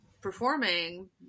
performing